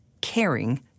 caring